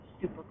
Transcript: super